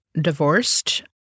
divorced